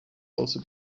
also